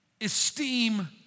esteem